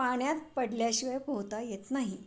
पाण्यात पडल्याशिवाय पोहता येत नाही